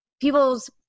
people's